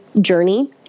journey